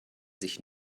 sich